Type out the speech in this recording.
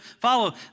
follow